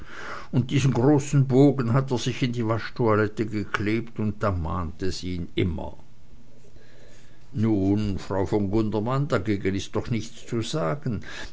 und diesen großen bogen hat er sich in die waschtoilette geklebt und da mahnt es ihn immer nun frau von gundermann dagegen ist doch nichts zu sagen